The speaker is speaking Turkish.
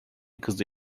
kızı